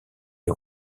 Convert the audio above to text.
les